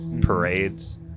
parades